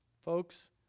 Folks